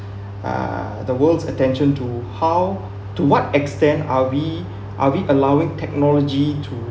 uh the world's attention to how to what extent are we are we allowing technology to